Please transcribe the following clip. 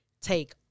take